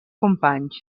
companys